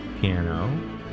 Piano